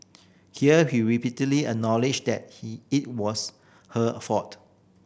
here he repeatedly acknowledged that it was her fault